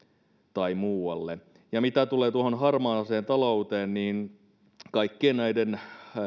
tai muualle ja mitä tulee tuohon harmaaseen talouteen niin autoliiton ja kaikkien näiden